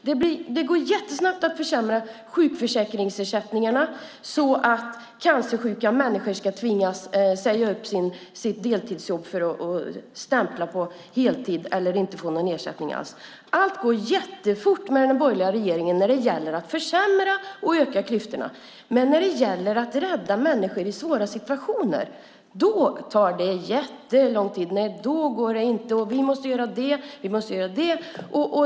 Det går jättesnabbt att försämra sjukförsäkringsersättningarna så att cancersjuka människor tvingas säga upp sitt deltidsjobb för att stämpla på heltid eller inte få någon ersättning alls. Allt går jättefort med den borgerliga regeringen när det gäller att försämra och öka klyftorna. Men när det gäller att rädda människor i svåra situationer tar det jättelång tid. Då går det inte. Då säger man: Vi måste göra det, och vi måste göra det.